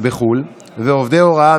בחו"ל ועובדי הוראה,